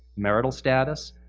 marital status,